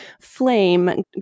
Flame